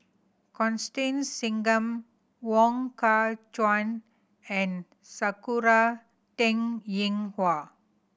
Constance Singam Wong Kah Chun and Sakura Teng Ying Hua